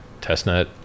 Testnet